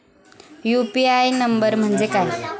UPI number म्हणजे काय?